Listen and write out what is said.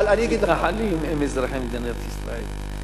המתנחלים הם אזרחי מדינת ישראל,